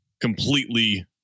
completely